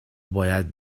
باید